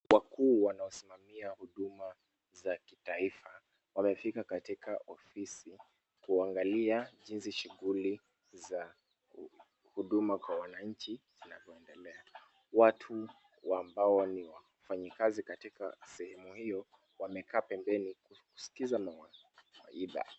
Wakuu wanaosimamamia huduma za kitaifa wamefika katika ofisi kuangalia jinsi shughuli za huduma kwa wananchi zinavyoendelea. Watu ambao ni wafanyikazi katika sehemu hiyo wamekaa pembeni kuskiza mawaidha.